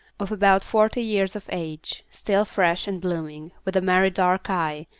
of about forty years of age, still fresh and blooming, with a merry dark eye,